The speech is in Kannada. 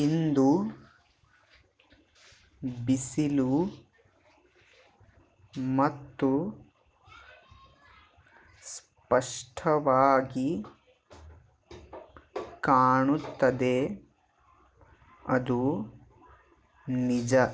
ಇಂದು ಬಿಸಿಲು ಮತ್ತು ಸ್ಪಷ್ಟವಾಗಿ ಕಾಣುತ್ತದೆ ಅದು ನಿಜ